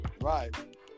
right